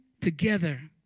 together